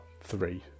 three